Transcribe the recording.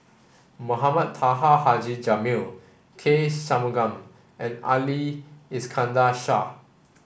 Mohamed Taha Haji Jamil K Shanmugam and Ali Iskandar Shah